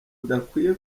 udakwiye